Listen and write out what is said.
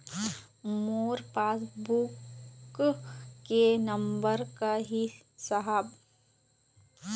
मोर passbook के number का ही साहब?